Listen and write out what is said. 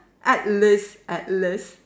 at least at least